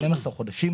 התשנ"א 1991 (1)